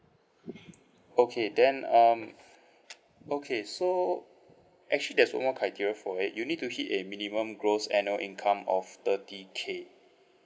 okay then um okay so actually there's one more criteria for it you need to hit a minimum gross annual income of thirty K